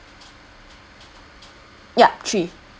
ya three